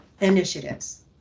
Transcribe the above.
initiatives